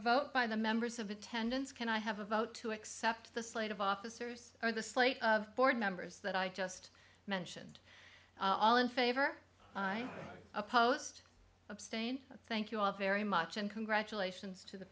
vote by the members of attendance can i have a vote to accept the slate of officers or the slate of board members that i just mentioned all in favor opposed abstain thank you all very much and congratulations to the